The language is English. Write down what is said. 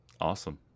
Awesome